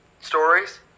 stories